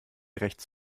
rechts